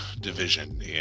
division